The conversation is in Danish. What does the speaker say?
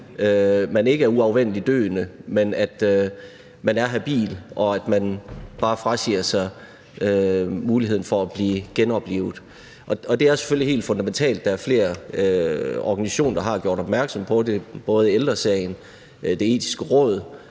man ikke er uafvendeligt døende, men er habil og bare frasiger sig muligheden for at blive genoplivet. Og det er selvfølgelig helt fundamentalt. Der er flere organisationer, der har gjort opmærksom på det – både Ældre Sagen og Det Etiske Råd